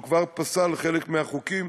הוא פסל חלק מהחוקים